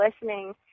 listening